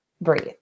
breathe